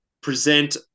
present